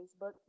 facebook